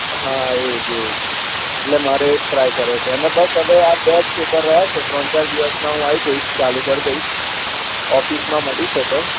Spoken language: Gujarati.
હા એ જ એ જ એટલે મારે એ જ ટ્રાય કરવો છે અને બસ અવે આ બે જ પેપર રહ્યાં છે ત્રણ ચાર દિવસમાં હું આવી જઈશ ચાલુ કરી દઇશ ઓફિસમાં મળીશ એ તો